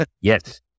Yes